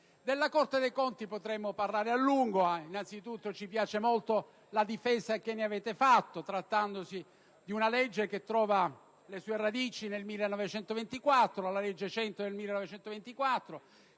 della Corte dei conti potremmo parlare a lungo. Anzitutto, ci piace molto la difesa che ne avete fatto, trattandosi di un organo che trova le sue radici nella legge n. 100 del 1924,